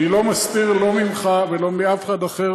אני לא מסתיר מידע, לא ממך ולא מאף אחד אחר.